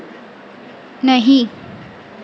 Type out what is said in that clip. नहीं